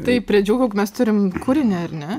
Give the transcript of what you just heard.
tai prie džiūgauk mes turim kūrinį ar ne